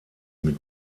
mit